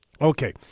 Okay